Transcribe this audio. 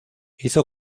hizo